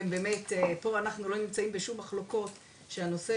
פה אנחנו לא נמצאים בשום מחלוקות שהנושא